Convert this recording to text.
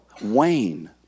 wane